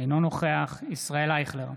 אינו נוכח ישראל אייכלר,